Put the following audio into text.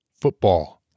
football